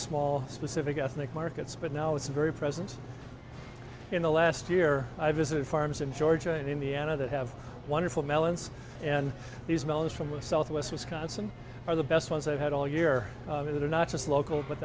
small specific ethnic markets but now it's very present in the last year i visited farms in georgia in indiana that have wonderful melons and these melons from the southwest wisconsin are the best ones i've had all year that are not just local but